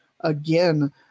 again